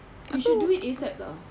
you should do it ASAP [tau]